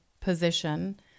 position